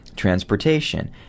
transportation